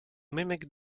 mimic